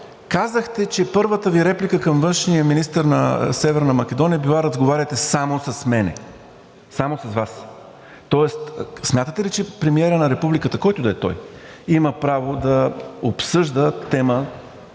Казахте, че първата Ви реплика към външния министър на Северна Македония е била: „Разговаряйте само с мен.“ Само с Вас?! Тоест, смятате ли, че премиерът на Републиката, който и да е той, има право да обсъжда тема,